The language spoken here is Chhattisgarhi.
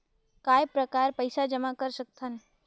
काय प्रकार पईसा जमा कर सकथव?